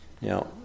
Now